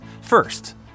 First